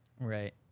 Right